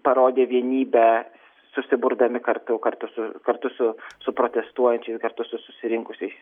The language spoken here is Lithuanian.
parodė vienybę susiburdami kartu kartu su kartu su su protestuočiais kartu su susirinkusiais